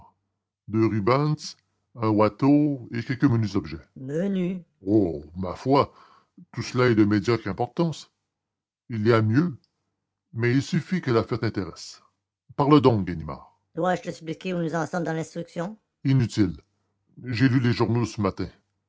rubens un watteau et quelques menus objets menus oh ma foi tout cela est de médiocre importance il y a mieux mais il suffit que l'affaire vous intéresse parlez donc ganimard dois-je vous expliquer où nous en sommes de l'instruction inutile j'ai lu les journaux de ce matin